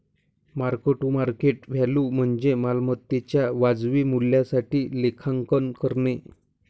mark to market value म्हणजे मालमत्तेच्या वाजवी मूल्यासाठी लेखांकन करणे